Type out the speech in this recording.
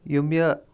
یِم مےٚ